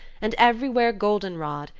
and everywhere goldenrod,